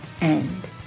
end